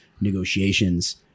negotiations